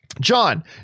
John